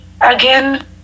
again